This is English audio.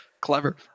Clever